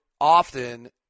often